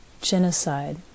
genocide